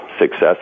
success